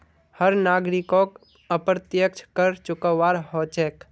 हर नागरिकोक अप्रत्यक्ष कर चुकव्वा हो छेक